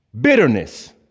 Bitterness